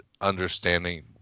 understanding